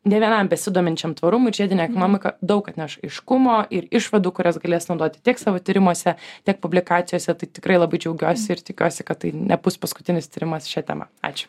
ne vienam besidominčiam tvarumu ir žiedine ekonomika daug atneš aiškumo ir išvadų kurias galės naudoti tiek savo tyrimuose tiek publikacijose tai tikrai labai džiaugiuosi ir tikiuosi kad tai nebus paskutinis tyrimas šia tema ačiū